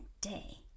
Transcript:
day